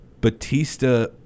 Batista